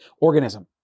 organism